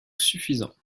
suffisant